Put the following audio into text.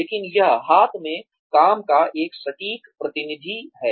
लेकिन यह हाथ में काम का एक सटीक प्रतिनिधि है